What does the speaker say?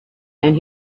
and